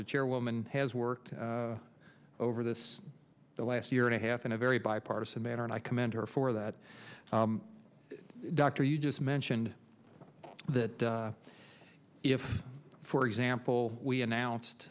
the chairwoman has worked over this the last year and a half in a very bipartisan manner and i commend her for that dr you just mentioned that if for example we announced